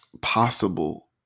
possible